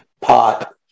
pot